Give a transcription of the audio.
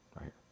Right